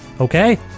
Okay